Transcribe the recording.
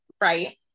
Right